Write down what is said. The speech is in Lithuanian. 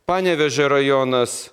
panevėžio rajonas